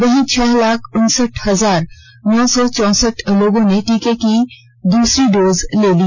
वहीं छह लाख उनसठ हजार नौ सौ चौसठ लोगों ने टीके की दूसरी डोज ले ली